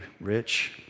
Rich